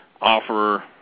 offer